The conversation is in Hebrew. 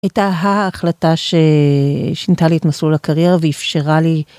הייתה ההחלטה ששינתה לי את מסלול הקריירה ואפשרה לי.